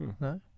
No